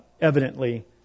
evidently